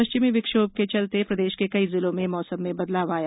पश्चिमी विक्षोभ के चलते प्रदेश के कई जिलों में मौसम में बदलाव आया